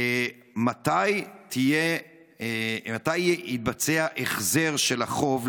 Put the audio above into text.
מתי יתבצע החזר של החוב,